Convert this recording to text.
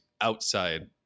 outside